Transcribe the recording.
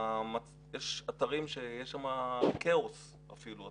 יש אתרים שיש שם כאוס אפילו.